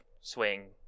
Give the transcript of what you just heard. swing